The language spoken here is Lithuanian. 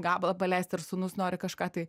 gabalą paleist ar sūnus nori kažką tai